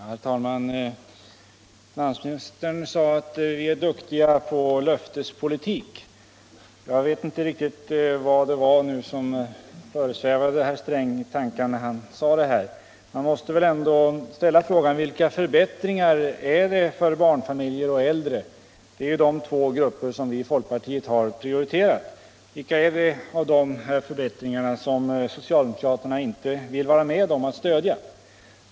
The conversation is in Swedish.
Herr talman! Finansministern sade att vi är duktiga när det gäller att föra en löftespolitik. Jag vet inte vad det var som föresvävade herr Sträng när han sade det. Men jag måste ställa frågan: Vilka förbättringar för barnfamiljer och äldre — alltså de två grupper som vi i folkpartiet har prioriterat — är det som socialdemokraterna inte vill vara med om att genomföra?